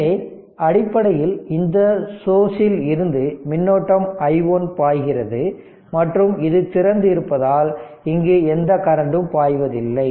எனவே அடிப்படையில் இந்த சோர்ஸ்ல் இருந்து மின்னோட்டம் i1 பாய்கிறது மற்றும் இது திறந்து இருப்பதால் இங்கு எந்த கரண்டும் பாய்வதில்லை